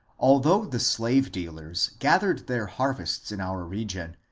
although the slavedealers gathered their harvests in our region,